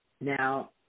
Now